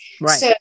Right